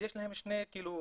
אז יש להם שני דברים,